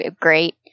great